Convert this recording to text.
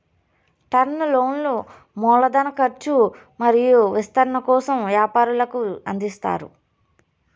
term లోన్లు మూల ధన కర్చు మరియు విస్తరణ కోసం వ్యాపారులకు అందిస్తారు